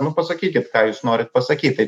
nu pasakykit ką jūs norit pasakyt tai